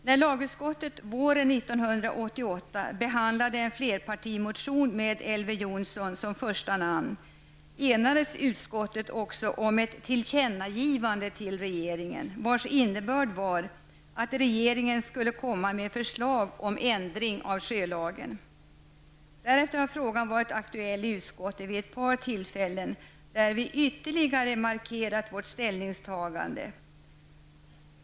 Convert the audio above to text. När lagutskottet våren 1988 behandlade en flerpartimotion med Elver Jonsson som första namn enades utskottet om ett tillkännagivande till regeringen vars innebörd var att regeringen skulle komma med förslag om ändring av sjölagen. Därefter har frågan varit aktuell i utskottet vid ett par tillfällen, där vi ytterligare markerat vårt ställningstagande.